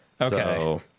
Okay